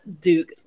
Duke